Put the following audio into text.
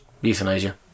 euthanasia